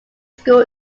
school